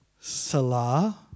Salah